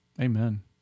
Amen